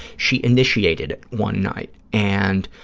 she initiated it one night, and